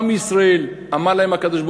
עם ישראל, אמר להם הקדוש-ברוך-הוא,